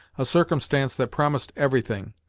a circumstance that promised everything.